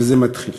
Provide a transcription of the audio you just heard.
וזה מתחיל.